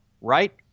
right